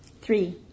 Three